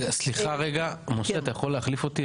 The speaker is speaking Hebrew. רגע סליחה רגע, משה אתה יכול להחליף אותי?